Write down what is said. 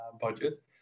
budget